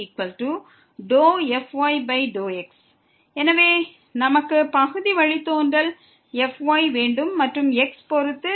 2f∂x∂y∂x∂f∂yfy∂x எனவே நம்மிடம் பகுதி வழித்தோன்றல் fy இருக்கிறது மற்றும் x பொறுத்து இருக்கிறது